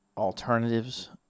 alternatives